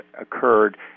occurred